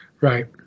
Right